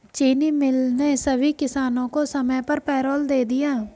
चीनी मिल ने सभी किसानों को समय पर पैरोल दे दिया